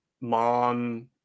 mom